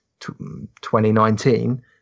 2019